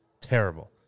terrible